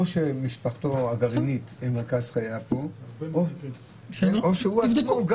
או מרכז חייה של משפחתו הגרעינית הוא כאן או שהוא עצמו,